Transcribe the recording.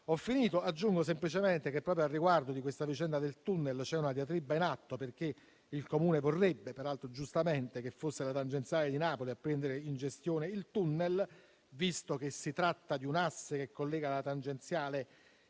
conclusione, aggiungo semplicemente che proprio a riguardo della vicenda del tunnel è in atto una diatriba, perché il Comune vorrebbe - peraltro giustamente - che fosse la tangenziale di Napoli a prendere in gestione il tunnel, visto che si tratta di un'asse che collega la tangenziale